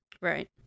Right